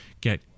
get